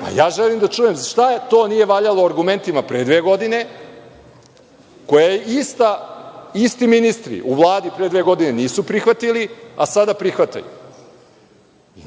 a ja želim da čujem - šta to nije valjalo o argumentima pre dve godine koje isti ministri u Vladi pre dve godine nisu prihvatili, a sada prihvataju?